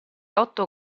otto